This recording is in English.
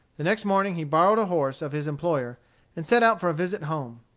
the next morning he borrowed a horse of his employer and set out for a visit home.